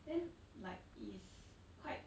then like it is quite